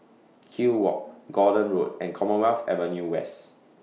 Kew Walk Gordon Road and Commonwealth Avenue West